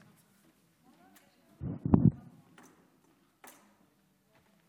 כבוד היושב-ראש, חברי הכנסת המעטים,